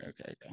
okay